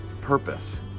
purpose